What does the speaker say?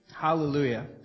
Hallelujah